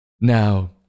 Now